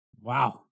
Wow